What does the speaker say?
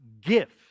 gift